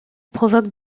provoque